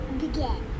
begin